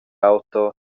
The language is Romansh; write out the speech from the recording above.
auto